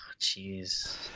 Jeez